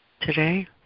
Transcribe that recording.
today